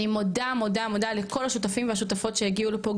אני מודה מודה לכל השותפים והשותפות שהגיעו לפה,